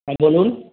হ্যাঁ বলুন